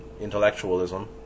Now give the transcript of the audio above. intellectualism